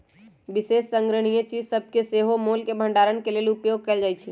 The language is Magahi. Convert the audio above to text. विशेष संग्रहणीय चीज सभके सेहो मोल के भंडारण के लेल उपयोग कएल जाइ छइ